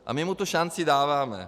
A my mu tu šanci dáváme.